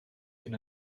hyn